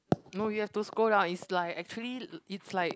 no you have to scroll down is like actually l~ it's like